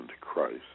christ